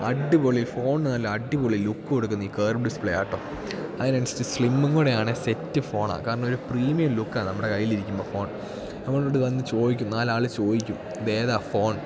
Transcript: അടിപൊളി ഫോണിന് നല്ല അടിപൊളി ലുക്ക് കൊടുക്കുന്ന ഈ കർവ് ഡിസ്പ്ലേ ആണ് കേട്ടോ അതിനനുസരിച്ച് സ്ലിംമും കൂടെയാണെ സെറ്റ് ഫോണാണ് കാരണം ഒരു പ്രീമിയം ലുക്കാണ് നമ്മുടെ കയ്യിലിരിക്കുമ്പോൾ ഫോൺ നമ്മളോട് വന്നു ചോദിക്കും നാലാൾ ചോദിക്കും ഇതേതാണ് ഫോൺ